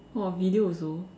!wah! video also